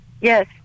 Yes